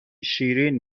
شیرین